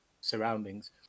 surroundings